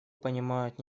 понимают